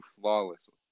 flawlessly